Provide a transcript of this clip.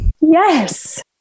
Yes